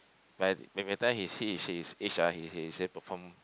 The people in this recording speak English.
but by the time he see he sees his age ah he can still perform